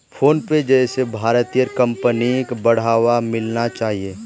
PhonePe जैसे भारतीय कंपनिक बढ़ावा मिलना चाहिए